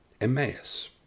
Emmaus